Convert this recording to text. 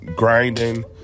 Grinding